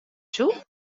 soe